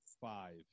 five